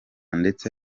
ndetse